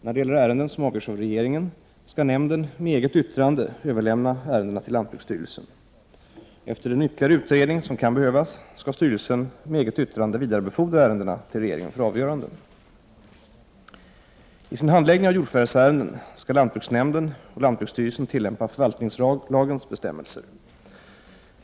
När det gäller ärenden som avgörs av regeringen skall nämnden med eget yttrande överlämna ärendena tilllantbruksstyrelsen. Efter den ytterligare utredning som kan behövas skall styrelsen med eget yttrande vidarebefordra ärendena till regeringen för avgörande. I sin handläggning av jordförvärvsärenden skall lantbruksnämnden och lantbruksstyrelsen tillämpa förvaltningslagens bestämmelser.